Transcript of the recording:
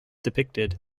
depicted